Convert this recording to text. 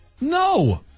No